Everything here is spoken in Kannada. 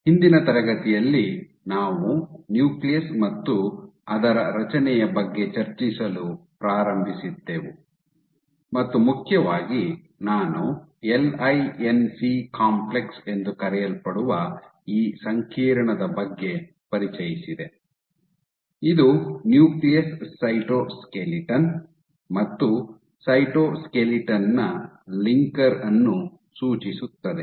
ಹಿಂದಿನ ತರಗತಿಯಲ್ಲಿ ನಾವು ನ್ಯೂಕ್ಲಿಯಸ್ ಮತ್ತು ಅದರ ರಚನೆಯ ಬಗ್ಗೆ ಚರ್ಚಿಸಲು ಪ್ರಾರಂಭಿಸಿದ್ದೆವು ಮತ್ತು ಮುಖ್ಯವಾಗಿ ನಾನು L I N C complex ಎಂದು ಕರೆಯಲ್ಪಡುವ ಈ ಸಂಕೀರ್ಣದ ಬಗ್ಗೆ ಪರಿಚಯಿಸಿದೆ ಇದು ನ್ಯೂಕ್ಲಿಯಸ್ ಸ್ಕೆಲಿಟನ್ ಮತ್ತು ಸೈಟೋಸ್ಕೆಲಿಟನ್ ನ ಲಿಂಕರ್ ಅನ್ನು ಸೂಚಿಸುತ್ತದೆ